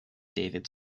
david